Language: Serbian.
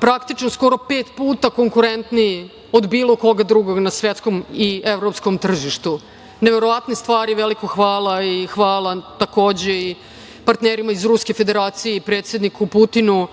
praktično skoro pet puta konkurentniji od bilo koga drugog na svetskom i evropskom tržištu. Neverovatne stvari. Veliko hvala. Hvala takođe i partnerima iz Ruske Federacije i predsedniku Putinu